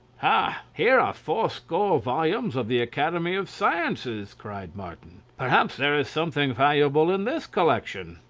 ha! here are four-score volumes of the academy of sciences, cried martin. perhaps there is something valuable in this collection.